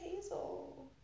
Hazel